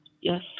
Yes